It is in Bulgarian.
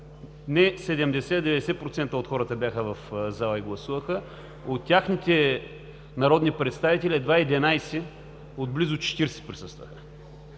не 70, а 90% от хората бяха в залата и гласуваха, от техните народни представители едва 11 от близо 40 присъстваха.